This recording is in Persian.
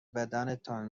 بدنتان